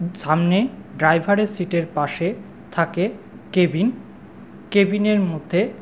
সামনে ড্রাইভারের সিটের পাশে থাকে কেবিন কেবিনের মধ্যে